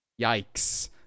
yikes